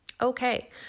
Okay